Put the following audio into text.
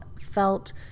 felt